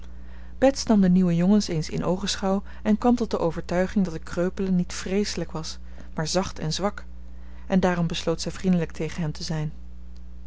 nam de nieuwe jongens eens in oogenschouw en kwam tot de overtuiging dat de kreupele niet vreeselijk was maar zacht en zwak en daarom besloot zij vriendelijk tegen hem te zijn